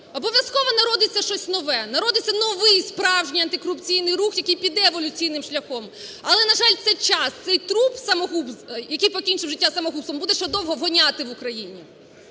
Обов'язково народиться щось нове, народиться новий справжній антикорупційний рух, який піде еволюційним шляхом. Але, на жаль, це час. Цей труп самогуб… який покінчив життя самогубством, буде ще довго "воняти" в Україні.